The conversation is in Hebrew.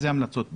איזה המלצות?